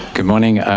good morning,